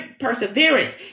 perseverance